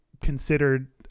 considered